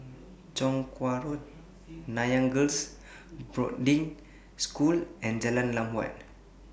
Chong Kuo Road Nanyang Girls' Boarding School and Jalan Lam Huat